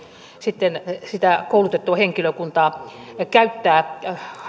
sitten sitä koulutettua henkilökuntaa käyttää